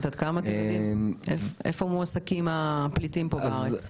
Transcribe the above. עד כמה אתם יודעים איפה מועסקים הפליטים בארץ?